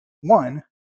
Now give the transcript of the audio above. one